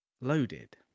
loaded